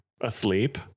asleep